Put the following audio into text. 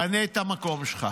פנה את המקום שלך.